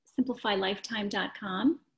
SimplifyLifetime.com